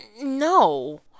no